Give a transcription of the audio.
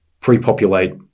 pre-populate